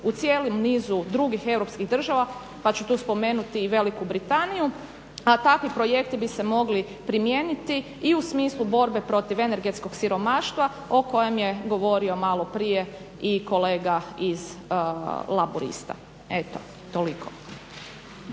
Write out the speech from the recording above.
u cijelom nizu drugih europskih država pa ću tu spomenuti i Veliku Britaniju, a takvi projekti bi se mogli primijeniti i u smislu borbe protiv energetskog siromaštva o kojem je govorio maloprije i kolega iz Laburista. Eto, toliko.